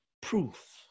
proof